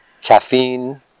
caffeine